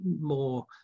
more